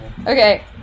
Okay